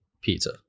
pizza